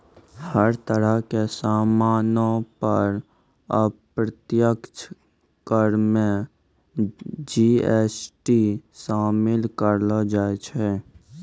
हर तरह के सामानो पर अप्रत्यक्ष कर मे जी.एस.टी शामिल करलो जाय छै